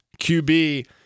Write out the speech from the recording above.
QB